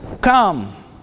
come